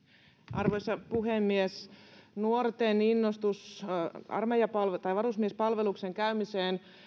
arvoisa puhemies nuorten innostus varusmiespalveluksen käymiseen